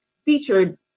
Featured